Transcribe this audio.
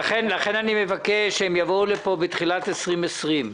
לכן אני מבקש שהם יבואו לפה בתחילת שנת 2020,